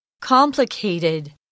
Complicated